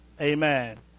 Amen